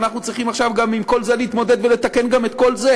ואנחנו צריכים עכשיו גם עם כל זה להתמודד ולתקן גם את כל זה.